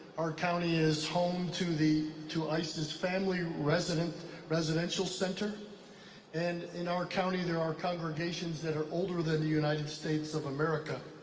our county is home to to isis family residential residential center and in our county, there are congregations that are older than the united states of america.